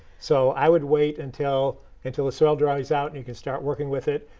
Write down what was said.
so i would wait until until the soil dries out and you can start working with it,